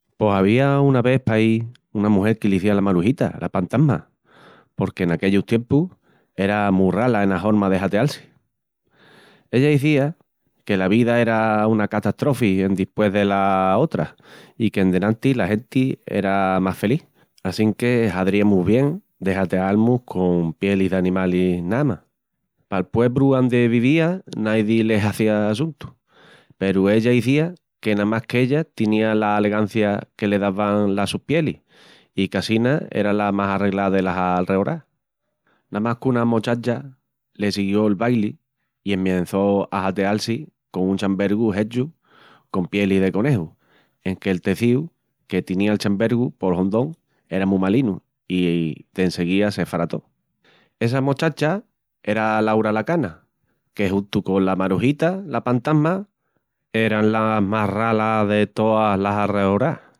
Pos avía una ves paí una mugel que l'izían Marujita la pantasma porque n'aquellus tiempus era mu rala ena horma de hateal-si. Ella izía que la vida era una catastrofi endispués dela otra i que endenantis la genti eran más felís assínque hadríamus bien de hatealmus con pielis d'animalis namas. Pal puebru andi vivía naidi le hazía assuntu peru ella izía que namás qu'ella tinía l'alegancia que le daban las sus pielis i qu'assina era la más arreglá delas alreorás. Namás qu'una mochacha le siguió'l baili i esmiençó a hateal-si con un chambergu hechu con pielis de coneju, enque el tecíu que tinía'l chambergu pol hondón era mu malinu i denseguía s'efarató. Essa mochacha era Laura la cana, que juntu cola Marujita la pantasma eran las mas ralas de toas las alreorás.